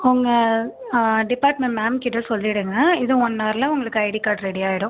உங்கள் department ma'am கிட்ட சொல்லிவிடுங்க இதுவும் ஒன் ஹவர்ல ஐடி கார்டு ரெடி ஆயிடும்